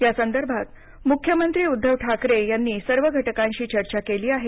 या संदर्भात मुख्यमंत्री उद्धव ठाकरे यांनी सर्व घटकांशी चर्चा केली आहे